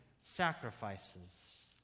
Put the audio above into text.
sacrifices